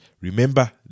Remember